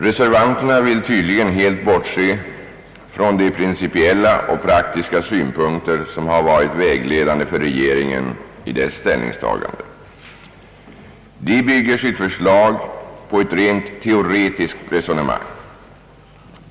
Reservanterna vill tydligen helt bortse från de principiella och praktiska synpunkter som har varit vägledande för regeringen i dess ställningstagande. De bygger sitt förslag på ett rent teoretiskt resonemang.